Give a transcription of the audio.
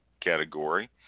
category